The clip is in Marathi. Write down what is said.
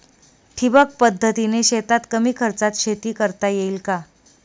ठिबक पद्धतीने शेतात कमी खर्चात शेती करता येईल का?